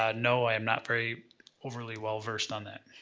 you know i'm not very overly well versed on that.